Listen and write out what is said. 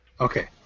Okay